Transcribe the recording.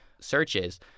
searches